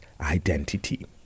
identity